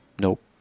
Nope